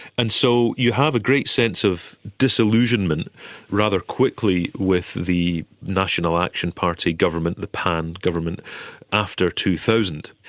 and so you have a great sense of disillusionment rather quickly with the national action party government, the pan government after two thousand.